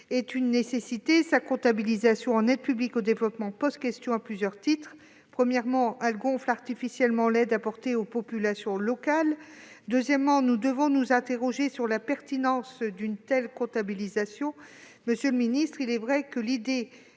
est une nécessité, sa comptabilisation en aide publique au développement pose question à plusieurs titres : premièrement, elle gonfle artificiellement l'aide apportée aux populations locales ; deuxièmement, nous devons nous interroger sur la pertinence d'une telle comptabilisation. Il est vrai, monsieur le ministre, que l'idée